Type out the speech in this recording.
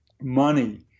money